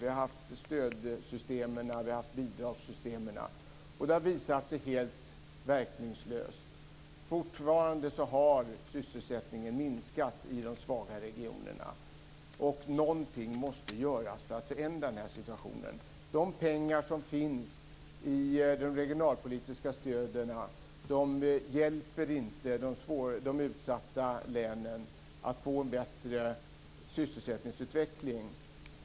Vi har haft stödsystemen och bidragssystemen, och de har visat sig vara helt verkningslösa. Fortfarande har sysselsättningen minskat i de svaga regionerna. Någonting måste göras för att förändra den här situationen. De pengar som finns i de regionalpolitiska stöden hjälper inte de utsatta länen att få en bättre sysselsättningsutveckling.